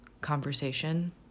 conversation